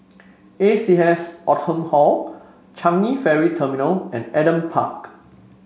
A C S Oldham Hall Changi Ferry Terminal and Adam Park